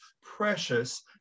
precious